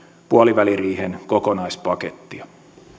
puoliväliriihen kokonaispakettia